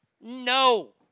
No